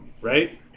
right